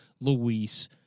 Luis